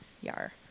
Yar